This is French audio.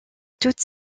toutes